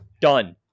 done